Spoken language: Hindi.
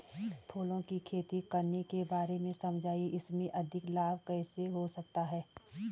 फूलों की खेती करने के बारे में समझाइये इसमें अधिक लाभ कैसे हो सकता है?